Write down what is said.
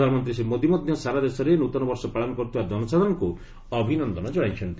ପ୍ରଧାନମନ୍ତ୍ରୀ ଶ୍ରୀ ମୋଦି ମଧ୍ୟ ସାରା ଦେଶରେ ନୃତନ ବର୍ଷ ପାଳନ କରୁଥିବା ଜନସାଧାରଣଙ୍କୁ ଅଭିନନ୍ଦନ ଜଣାଇଛନ୍ତି